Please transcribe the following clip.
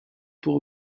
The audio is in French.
pour